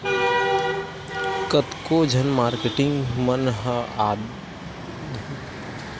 कतको झन मारकेटिंग मन ह आघु के बेरा म जरूरत म काम आही कहिके घलो सोना म निवेस करथे